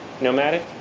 nomadic